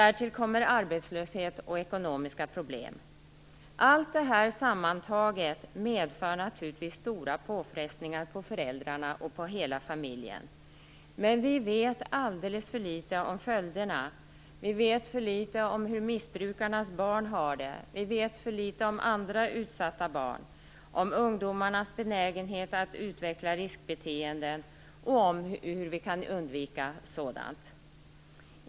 Därtill kommer arbetslöshet och ekonomiska problem. Allt detta sammantaget medför naturligtvis stora påfrestningar på föräldrarna och på hela familjen. Men vi vet alldeles för litet om följderna - om hur missbrukarnas barn har det, om andra utsatta barn, om ungdomarnas benägenhet att utveckla riskbeteenden och om hur vi kan undvika sådant.